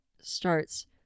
starts